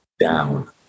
down